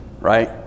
right